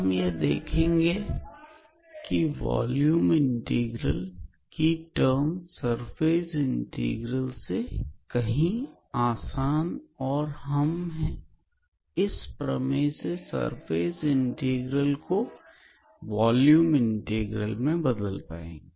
हम यह देख पाएंगे की वॉल्यूम इंटीग्रल की टर्म्स सर्फेस इंटीग्रल से कहीं आसान है और हम इस प्रमेय से सरफेस इंटीग्रल को वॉल्यूम इंटीग्रल में बदल पाएंगे